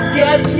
get